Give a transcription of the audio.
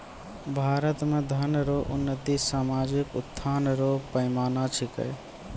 भारत मे धन रो उन्नति सामाजिक उत्थान रो पैमाना छिकै